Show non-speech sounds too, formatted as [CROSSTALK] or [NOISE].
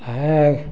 [UNINTELLIGIBLE]